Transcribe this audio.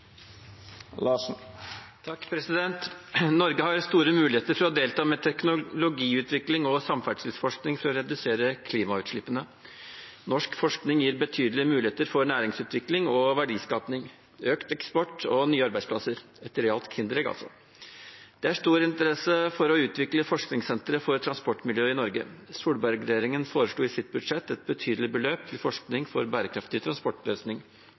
å redusere klimautslippene. Norsk forskning gir betydelige muligheter for næringsutvikling og verdiskaping, økt eksport og nye arbeidsplasser – et realt kinderegg, altså. Det er stor interesse for å utvikle forskningssenteret for transportmiljøet i Norge. Solberg-regjeringen foreslo i sitt budsjett et betydelig beløp til forskning for